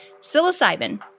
Psilocybin